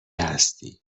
هستی